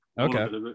okay